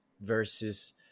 versus